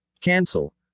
Cancel